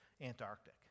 Antarctic